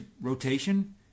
rotation